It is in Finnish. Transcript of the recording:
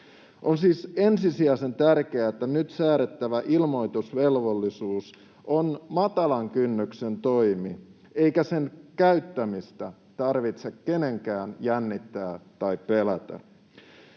On siis ensisijaisen tärkeää, että nyt säädettävä ilmoitusvelvollisuus on matalan kynnyksen toimi eikä sen käyttämistä tarvitse kenenkään jännittää tai pelätä.